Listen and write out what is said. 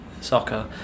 soccer